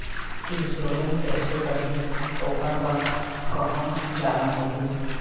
Insurance कैसे करही, ओकर बर कहा जाना होही?